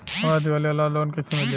हमरा दीवाली वाला लोन कईसे मिली?